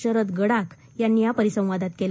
शरद गडाख यांनी या परिसंवादात केलं